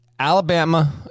Alabama